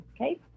Okay